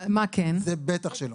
זה בטח שלא.